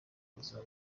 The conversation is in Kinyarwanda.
ubuzima